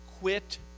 Quit